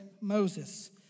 Moses